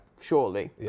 surely